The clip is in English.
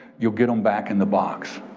you'll get them back in the box.